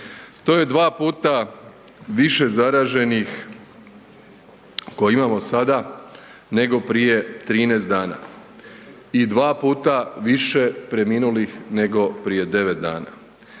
To je dva puta više zaraženih koji imamo sada nego prije 13 dana. I dva puta više preminulih nego prije 9 dana.